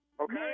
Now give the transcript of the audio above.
Okay